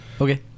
Okay